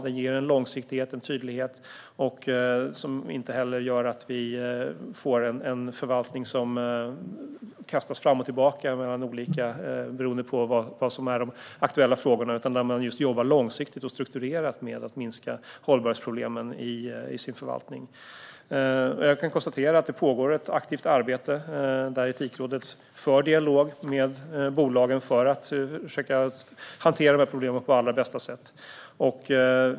Den ger långsiktighet och tydlighet och gör att vi inte får en förvaltning som kastas fram och tillbaka beroende på vilka frågor som är aktuella utan där man jobbar långsiktigt och strukturerat med att minska hållbarhetsproblemen i förvaltningen. Jag kan konstatera att det pågår ett aktivt arbete där Etikrådet för en dialog med bolagen för att försöka hantera problemen på allra bästa sätt.